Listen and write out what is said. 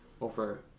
over